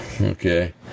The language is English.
Okay